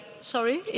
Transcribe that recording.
Sorry